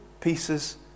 pieces